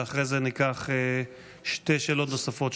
ואחרי זה שתי שאלות נוספות,